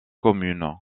communes